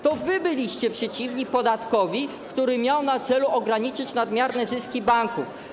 To wy byliście przeciwni podatkowi, który miał na celu ograniczenie nadmiernych zysków banków.